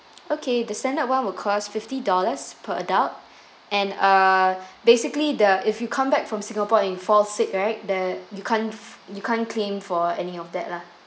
okay the standard [one] would cost fifty dollars per adult and uh basically the if you come back from singapore and you fall sick right that you can't you can't claim for any of that lah